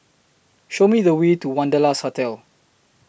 Show Me The Way to Wanderlust Hotel